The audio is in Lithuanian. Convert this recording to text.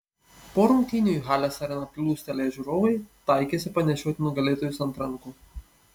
po rungtynių į halės areną plūstelėję žiūrovai taikėsi panešioti nugalėtojus ant rankų